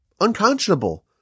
unconscionable